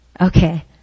Okay